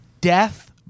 death